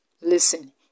listen